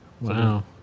Wow